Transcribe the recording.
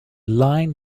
line